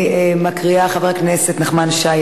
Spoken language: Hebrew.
מקריאה: חבר הכנסת נחמן שי,